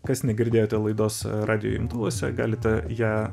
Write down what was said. kas negirdėjote laidos radijo imtuvuose galite ją